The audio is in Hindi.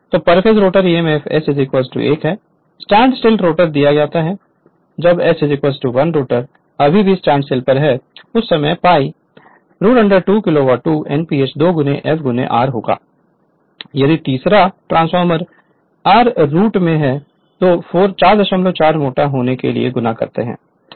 तोपर फेस रोटर emf s 1 है स्टैंडस्टिल रोटर दिया जाता है जब s 1 रोटर अभी भी स्टैंड पर है उस समय pi 2 Kw2 Nph 2 f r होगा यही तरीका ट्रांसफॉर्मर री रूट में है 2 इसे 444 मोटा होने के लिए गुणा करता है